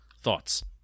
Thoughts